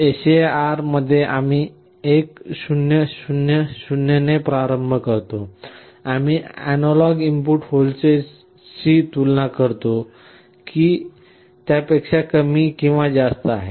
SAR मध्ये आम्ही 1 0 0 0 ने प्रारंभ करतो आम्ही अॅनालॉग इनपुट व्होल्टेजशी तुलना करतो की ती त्यापेक्षा कमी किंवा जास्त आहे